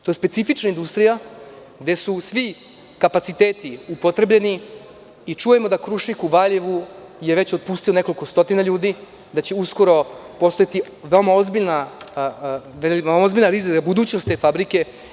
To je specifična industrija, gde su svi kapaciteti upotrebljeni i čujemo da „Krušik“ u Valjevu je već otpustio nekoliko stotina ljudi, da će uskoro postojati ozbiljan rizik za budućnost te fabrike.